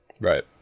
Right